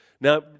Now